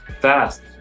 fast